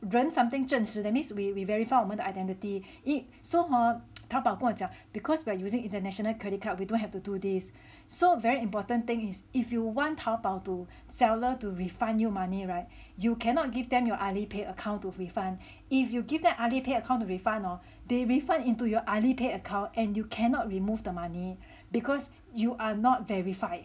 人 something 证实 that means we we verify 我们的 identity it so hor 淘宝跟我讲 because we're using international credit card we don't have to do this so very important thing is if you want 淘宝 seller to refund you money [right] you cannot give them your AliPay account to refund if you give them AliPay account to refund hor they refund into your AliPay account and you cannot remove the money because you are not verified